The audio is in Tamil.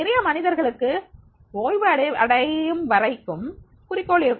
நிறைய மனிதர்களுக்கு ஓய்வு அடையும் வரைக்கும் குறிக்கோள் இருக்கும்